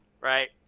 right